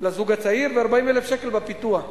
לזוג הצעיר, ו-40,000 שקל בפיתוח.